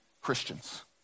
Christians